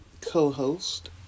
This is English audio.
co-host